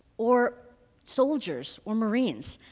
or soldiers, or marines.